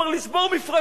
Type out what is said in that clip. אומר: לשבור מפרקות,